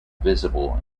visible